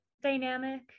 dynamic